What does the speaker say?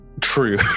true